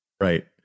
Right